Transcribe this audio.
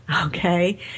Okay